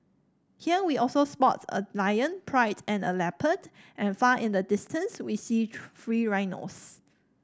here we also spots a lion pride and a leopard and far in the distance we see free rhinos